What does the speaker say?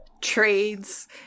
Trades